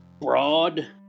broad